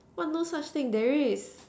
what no such thing there is